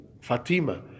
fatima